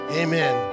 amen